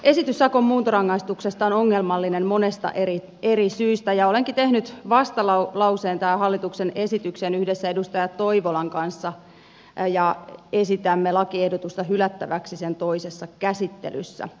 esitys sakon muuntorangaistuksesta on ongelmallinen monesta eri syystä ja olenkin tehnyt vastalauseen tähän hallituksen esitykseen yhdessä edustaja toivolan kanssa ja esitämme lakiehdotusta hylättäväksi sen toisessa käsittelyssä